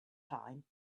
time